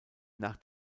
nach